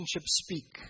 speak